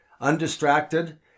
undistracted